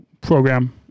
program